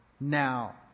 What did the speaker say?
Now